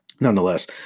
nonetheless